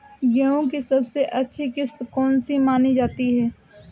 गेहूँ की सबसे अच्छी किश्त कौन सी मानी जाती है?